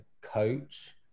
coach